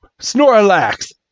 Snorlax